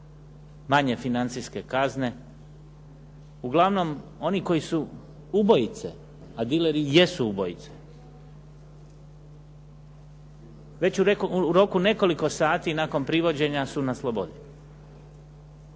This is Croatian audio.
manje financijske kazne, uglavnom oni koji su ubojice, a dileri jesu ubojice, već u roku nekoliko sati nakon privođenja su na slobodi.